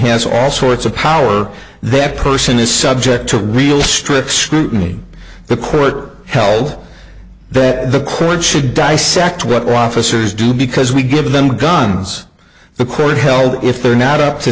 has all sorts of power that person is subject to real strict scrutiny the court held that the court should dissect what prophecies do because we give them guns the court held if they're not up to